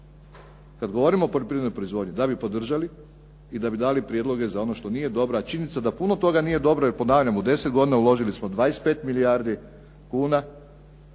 kad govorimo o poljoprivrednoj proizvodnji da bi podržali i da bi dali prijedloge za ono što nije dobro a činjenica je da puno toga nije dobro jer ponavljam, u deset godina uložili smo 25 milijardi kuna